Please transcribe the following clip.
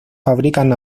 fabrican